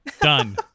done